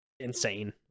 insane